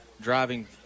driving